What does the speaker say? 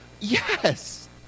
yes